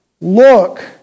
Look